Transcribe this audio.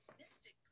Mystic